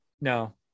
No